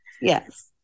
Yes